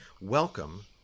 Welcome